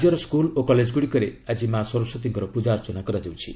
ରାଜ୍ୟର ସ୍କୁଲ୍ ଓ କଲେଜଗୁଡ଼ିକରେ ଆଜି ମା' ସରସ୍ପତୀଙ୍କର ପୂଜାର୍ଚ୍ଚନା କରାଯାଉଛି